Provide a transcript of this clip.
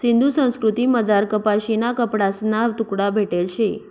सिंधू संस्कृतीमझार कपाशीना कपडासना तुकडा भेटेल शेतंस